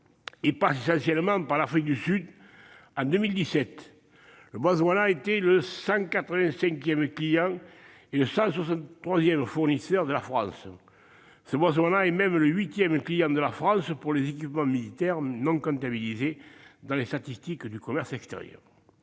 et passent essentiellement par l'Afrique du Sud. En 2017, le Botswana était le 185 client et le 163 fournisseur de la France ... Le pays est même le 8 client de la France pour les équipements militaires, non comptabilisés dans les statistiques du commerce extérieur.